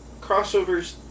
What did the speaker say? crossovers